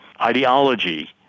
ideology